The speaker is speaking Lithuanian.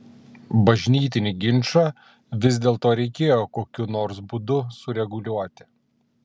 bažnytinį ginčą vis dėlto reikėjo kokiu nors būdu sureguliuoti